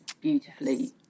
beautifully